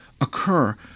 occur